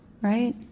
right